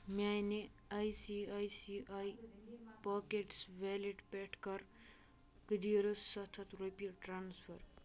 میٛانہِ I C I C I pockets wallet پیٚٹھٕ کَر قٔدیٖرس سَتھ ہَتھ رۄپیہِ ٹرٛانسفر